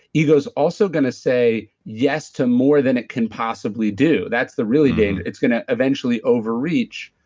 ego's also going to say yes to more than it can possibly do. that's the really dangerous. it's going to eventually overreach.